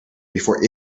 before